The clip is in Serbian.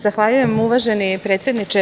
Zahvaljuje, uvaženi predsedniče.